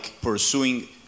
pursuing